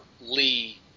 Lee